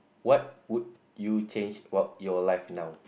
what would you change about your life now